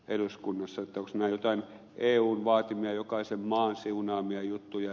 ovatko nämä joitakin eun vaatimia jokaisen maan siunaamia juttuja